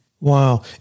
Wow